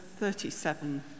37